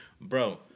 Bro